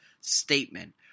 statement